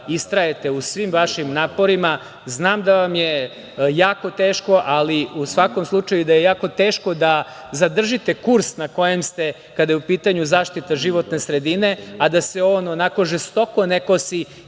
istrajete u svim vašim naporima. Znam da vam je jako teško, ali u svakom slučaju da je jako teško da zadržite kurs na kojem ste, kada je u pitanju zaštita životne sredine, a da se on onako žestoko ne kosi